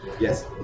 Yes